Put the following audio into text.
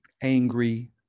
angry